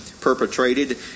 perpetrated